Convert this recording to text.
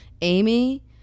Amy